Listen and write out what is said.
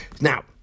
Now